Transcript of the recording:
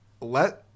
let